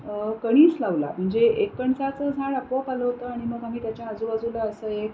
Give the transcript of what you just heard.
कणीस लावला म्हणजे एक कणसाचं झाड आपोआप आलं होतं आणि मग आम्ही त्याच्या आजूबाजूला असं एक